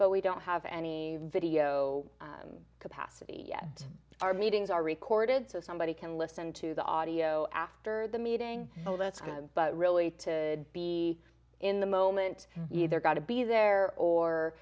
but we don't have any video capacity yet our meetings are recorded so somebody can listen to the audio after the meeting so that's good but really to be in the moment either got to be there or